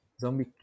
Zombie